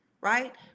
right